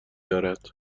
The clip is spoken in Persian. دارد